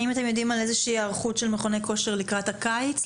האם אתם יודעים על איזושהי היערכות של מכוני כושר לקראת הקיץ,